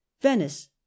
Venice